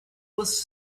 was